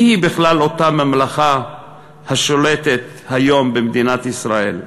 מי היא בכלל אותה ממלכה השולטת היום במדינת ישראל?